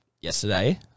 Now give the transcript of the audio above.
yesterday